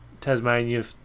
Tasmania